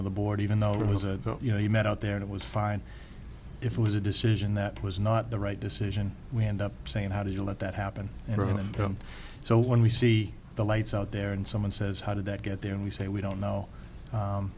of the board even though it was a you know you met out there it was fine if it was a decision that was not the right decision we end up saying how do you let that happen you know and so when we see the lights out there and someone says how did that get there and we say we don't know